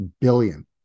billion